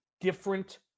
different